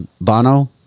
Bono